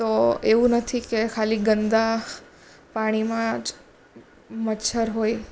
તો એવું નથી કે ખાલી ગંદા પાણીમાં જ મચ્છર હોય